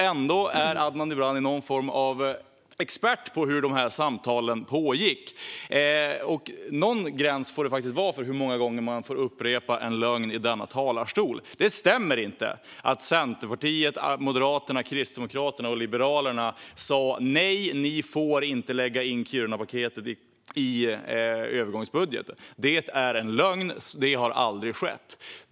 Ändå är Adnan Dibrani någon form av expert hur de samtalen pågick. Någon gräns får det vara för hur många gånger man får upprepa en lögn i denna talarstol. Det stämmer inte att Centerpartiet, Moderaterna, Kristdemokraterna och Liberalerna sa: Nej, ni får inte lägga in Kirunapaketet i övergångsbudgeten. Det är en lögn. Det har aldrig skett.